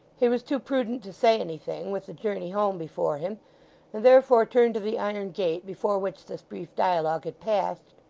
he was too prudent to say anything, with the journey home before him and therefore turned to the iron gate before which this brief dialogue had passed,